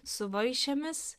su vaišėmis